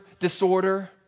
disorder